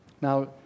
Now